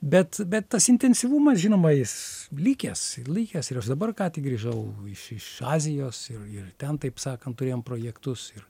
bet bet tas intensyvumas žinoma jis likęs likęs ir aš dabar ką tik grįžau iš iš azijos ir ir ten taip sakant turėjom projektus ir